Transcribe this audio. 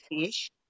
fish